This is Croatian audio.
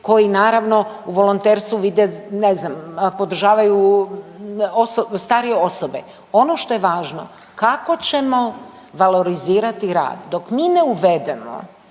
koji naravno, volonter su, vide, ne znam, podržavaju starije osobe. Ono što je važno kako ćemo valorizirati rad. Dok mi ne uvedemo,